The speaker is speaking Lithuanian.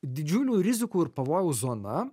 didžiulių rizikų ir pavojaus zona